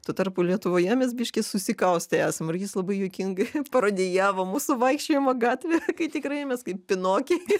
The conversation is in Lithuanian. tuo tarpu lietuvoje mes biški susikaustę ir jis labai juokingai parodijavo mūsų vaikščiojimą gatvėje kai tikrai mes kaip pinokiai